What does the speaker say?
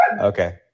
Okay